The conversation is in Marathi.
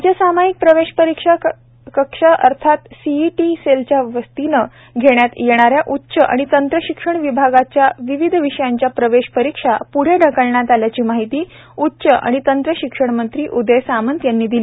राज्य सामायिक प्रवेश परीक्षा कक्षा अर्थात सीईटी सेलच्यावतीनं घेण्यात येणाऱ्या उच्च आणि तंत्र शिक्षण विभागाच्या विविध विषयांच्या प्रवेश परीक्षा प्रदे ढकलण्यात आल्याची माहिती उच्च आणि तंत्र शिक्षण मंत्री उदय सामंत यांनी दिली